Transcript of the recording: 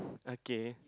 okay